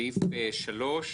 בסעיף 3,